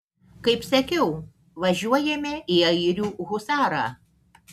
kaip sakiau važiuojame į airių husarą